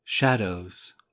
shadows